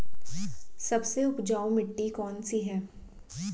सबसे उपजाऊ मिट्टी कौन सी है?